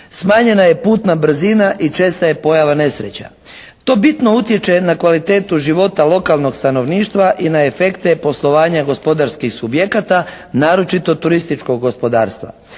smanjena je putna brzina i česta je pojava nesreća. To bitno utječe na kvalitetu života lokalnog stanovništva i na efekte poslovanja gospodarskih subjekata naročito turističkog gospodarstva.